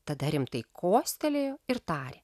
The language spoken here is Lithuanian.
tada rimtai kostelėjo ir tarė